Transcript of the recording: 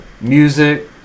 Music